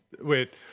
Wait